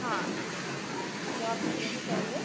हाँ जॉब की हूँ पहले